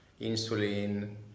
insulin